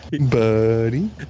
Buddy